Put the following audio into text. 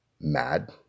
mad